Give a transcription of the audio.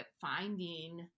finding